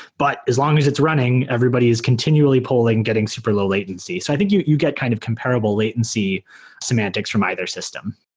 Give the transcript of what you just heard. but as long as it's running, everybody is continually pulling, getting super low-latency. so i think you you get kind of comparable latency semantics from either system.